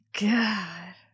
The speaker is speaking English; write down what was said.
God